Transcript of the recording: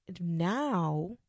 now